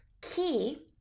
key